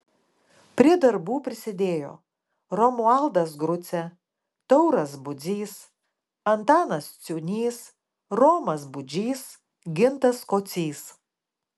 prie darbų prisidėjo romualdas grucė tauras budzys antanas ciūnys romas budžys gintas kocys